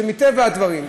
מפני שמטבע הדברים,